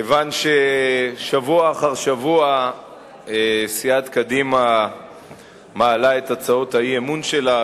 כיוון ששבוע אחר שבוע סיעת קדימה מעלה את הצעות האי-אמון שלה,